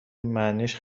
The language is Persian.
معنیش